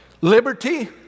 liberty